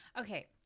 Okay